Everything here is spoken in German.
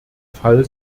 fall